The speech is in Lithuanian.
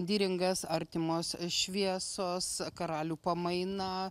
diringas artimos šviesos karalių pamaina